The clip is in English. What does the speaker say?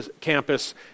campus